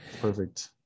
Perfect